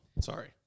Sorry